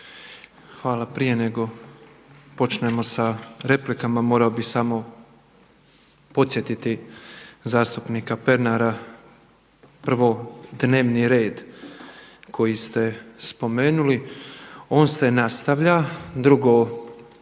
Hvala. Prije nego počnemo sa replikama morao bih samo podsjetiti zastupnika Pernara, prvo dnevni red koji ste spomenuli on se nastavlja. Drugo,